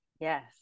Yes